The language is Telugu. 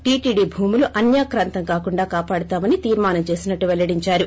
టీటీడీ భూములు అన్యాక్రాంతం కాకుండా కాపాడుతామని తీర్మానం చేసినట్టు పెల్లడించారు